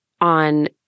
on